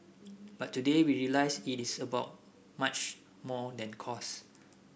but today we realise it is about much more than cost